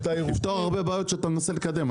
זה יפתור הרבה בעיות שאתה מנסה לקדם,